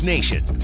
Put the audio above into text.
Nation